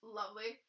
lovely